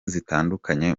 zitandukanye